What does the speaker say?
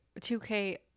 2k